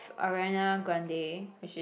Ariana Grande